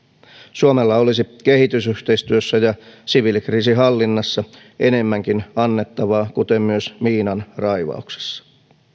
suomella olisi kehitysyhteistyössä ja siviilikriisinhallinnassa enemmänkin annettavaa kuten myös miinanraivauksessa